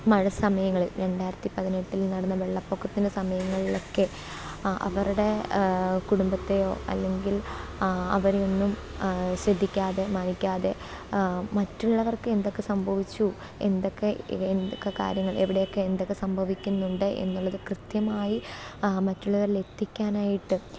മഴ സമയങ്ങളിൽ രണ്ടായിരത്തിപതിനെട്ടിൽ നടന്ന വെള്ളപ്പൊക്കത്തിന്റെ സമയങ്ങളിലൊക്കെ അ അവരുടെ കുടുംബത്തേയൊ അല്ലെങ്കിൽ അവരെയൊന്നും ശ്രദ്ധിക്കാതെ മാനിക്കാതെ മറ്റുള്ളവർക്ക് എന്തൊക്കെ സംഭവിച്ചു എന്തൊക്കെ ഇവ എന്തൊക്കെ കാര്യങ്ങൾ എവിടെയൊക്കെ എന്തൊക്കെ സംഭവിക്കുന്നുണ്ട് എന്നുള്ളത് കൃത്യമായി മറ്റുള്ളവരിലെത്തിക്കാനായിട്ട്